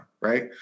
Right